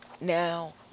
now